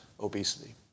obesity